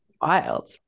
wild